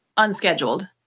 unscheduled